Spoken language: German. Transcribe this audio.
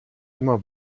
immer